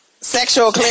sexual